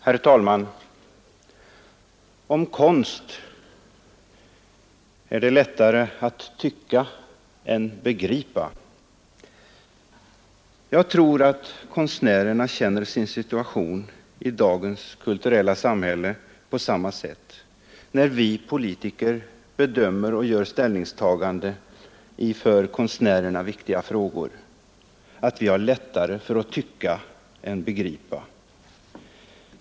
Herr talman! När det gäller konst är det lättare att tycka än begripa. Jag tror att konstnärerna upplever sin situation i dagens samhälle på samma sätt när vi politiker bedömer och gör ställningstaganden i för konstnärerna viktiga frågor. Vi har lättare för att tycka än begripa.